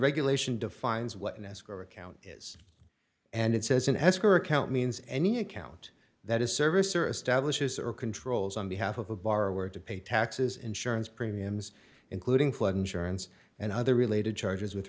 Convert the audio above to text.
regulation defines what an escrow account is and it says in escrow account means any account that is service or establishes or controls on behalf of a borrower to pay taxes insurance premiums including flood insurance and other related charges with